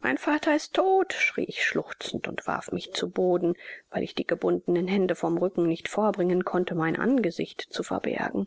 mein vater ist todt schrie ich schluchzend und warf mich zu boden weil ich die gebundenen hände vom rücken nicht vorbringen konnte mein angesicht zu verbergen